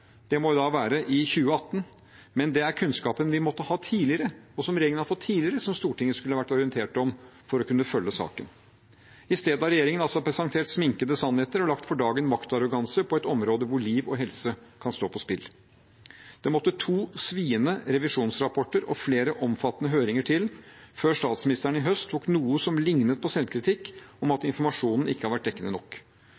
Det må jo da være i 2018. Men det er kunnskapen vi måtte ha tidligere, og som regjeringen har fått tidligere, som Stortinget skulle ha vært orientert om for å kunne følge saken. I stedet har regjeringen presentert sminkede sannheter og latt for dagen maktarroganse på et område der liv og helse kan stå på spill. Det måtte to sviende revisjonsrapporter og flere omfattende høringer til før statsministeren i høst tok noe som lignet på selvkritikk om at